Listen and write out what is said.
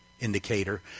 indicator